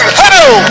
hello